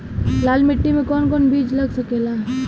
लाल मिट्टी में कौन कौन बीज लग सकेला?